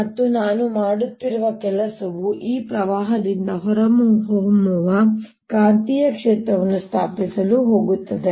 ಮತ್ತು ನಾನು ಮಾಡುತ್ತಿರುವ ಕೆಲಸವು ಈ ಪ್ರವಾಹದಿಂದ ಹೊರಹೊಮ್ಮುವ ಕಾಂತೀಯ ಕ್ಷೇತ್ರವನ್ನು ಸ್ಥಾಪಿಸಲು ಹೋಗುತ್ತದೆ